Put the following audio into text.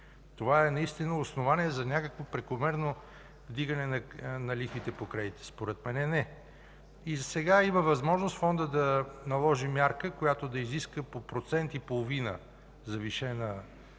това е наистина основание за някакво прекомерно вдигане на лихвите по кредитите? Според мен не. И сега има възможност Фондът да наложи мярка, която да изиска по процент и половина завишена вноска